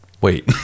Wait